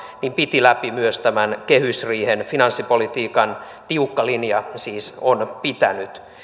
piti läpi myös tämän kehysriihen finanssipolitiikan tiukka linja siis on pitänyt